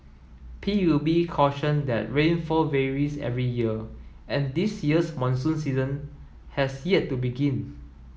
P U B cautioned that rainfall varies every year and this year's monsoon season has yet to begin